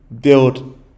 build